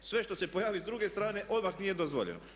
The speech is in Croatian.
Sve što se pojavi s druge strane odmah nije dozvoljeno.